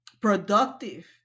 productive